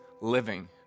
living